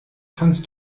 kannst